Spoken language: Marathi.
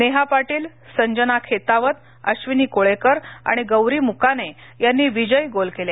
नेहा पाटील संजना खेतावत अश्वीनी कोळेकर आणि गौरी मुकाने यांनी विजयी गोल केले